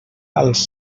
als